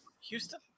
Houston